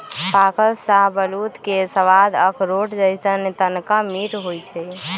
पाकल शाहबलूत के सवाद अखरोट जइसन्न तनका मीठ होइ छइ